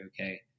okay